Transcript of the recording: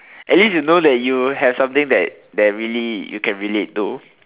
at least you know that you have something that that really you can relate to